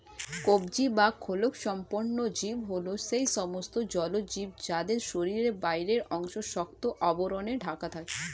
কবচী বা খোলকসম্পন্ন জীব হল সেই সমস্ত জলজ জীব যাদের শরীরের বাইরের অংশ শক্ত আবরণে ঢাকা থাকে